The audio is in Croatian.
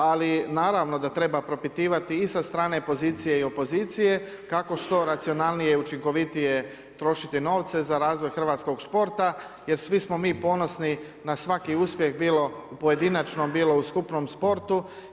Ali, naravno da treba propitivati i sa strane pozicije i opozicije, kako što racionalnije, učinkovitije, trošiti novce za razvoj hrvatskog športa, jer svi smo mi ponosni, na svaki uspjeh, bilo pojedinačno, bilo u skupnom sportu.